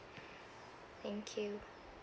thank you